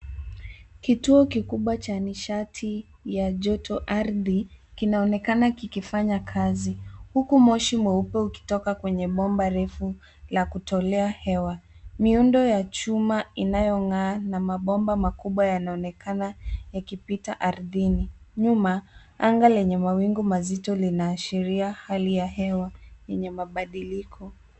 Kituo kikubwa cha nishati ya jotoardhi kinaonekana kikifanya kazi, huku moshi mweupe ukitoka kwenye bomba refu la kutolea hewa. Miundo ya chuma inayong'aa na mabomba makubwa yanaonekana yakipita ardhini. Nyuma, anga lenye mawingu mazito linaashiria hali ya hewa yenye mabadiliko.